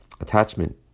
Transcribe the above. attachment